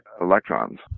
electrons